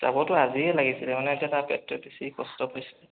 যাবতো আজিয়ে লাগিছিলে মানে এতিয়া তাৰ পেটটোত বেছি কষ্ট পাইছে